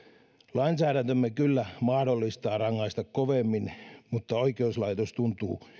lainsäädäntömme kyllä mahdollistaa rangaista kovemmin mutta oikeuslaitos tuntuu